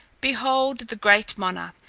behold the great monarch,